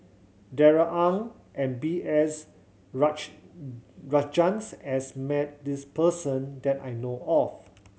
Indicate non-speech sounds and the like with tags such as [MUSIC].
Darrell Ang and B S [UNINTELLIGIBLE] Rajhans has met this person that I know of